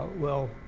we'll